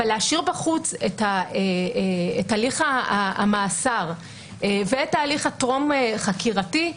אבל להשאיר בחוץ את הליך המאסר ואת ההליך הטרום חקירתי,